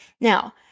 Now